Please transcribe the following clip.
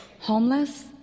homeless